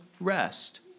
rest